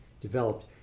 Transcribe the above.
developed